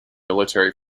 military